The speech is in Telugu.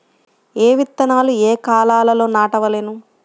ఏ విత్తనాలు ఏ కాలాలలో నాటవలెను?